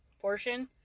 portion